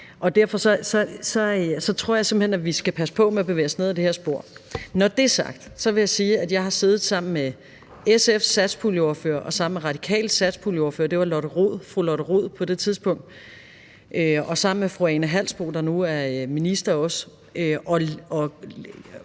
Derfor tror jeg simpelt hen, vi skal passe på med at bevæge os ned ad det her spor. Når det er sagt, vil jeg sige, at jeg har siddet sammen med SF's satspuljeordfører og Radikales satspuljeordfører, det var fru Lotte Rod på det tidspunkt, og sammen med fru Ane Halsboe-Jørgensen, der nu er minister også,